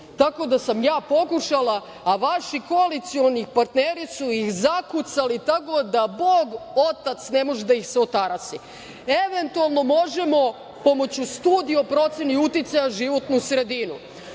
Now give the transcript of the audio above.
tako da sam ja pokušala, a vaši koalicioni partneri su ih zakucali, tako da Bog otac ne može da ih se otarasi. Eventualno možemo pomoći studije o proceni uticaja na životnu sredinu,